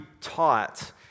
taught